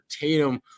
Tatum